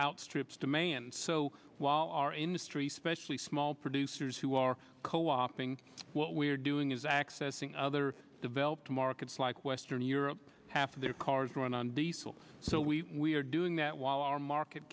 outstrips demand so while our industry specially small producers who are co opting what we are doing is accessing other developed markets like western europe half their cars run on diesel so we are doing that while our market